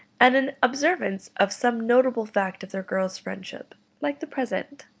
and in observance of some notable fact of their girlish friendship like the present.